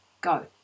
go